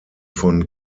von